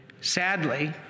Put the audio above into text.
Sadly